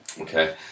Okay